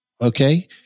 Okay